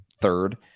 third